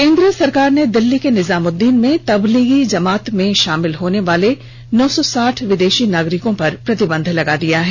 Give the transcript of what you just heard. केंद्र सरकार ने दिल्ली के निजामुद्दीन में तबलीगी जमात में शामिल होने वाले नौ सौ साठ विदेशी नागरिकों पर प्रतिबंध लगा दिया है